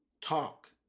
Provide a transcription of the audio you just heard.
talk